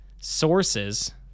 sources